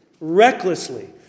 recklessly